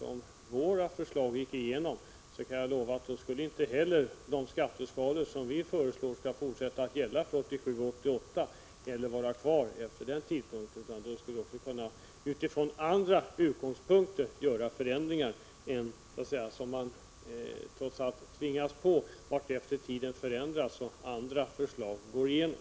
Om våra förslag gick igenom, skulle jag självfallet utlova att inte heller de skatteskalor som vi nu föreslår skall fortsätta att gälla efter 1987 och 1988. Utifrån andra utgångspunkter skulle även vi kunna göra förändringar. Trots allt tvingas man ju till sådana, allteftersom förhållandena förändras och andra förslag går igenom.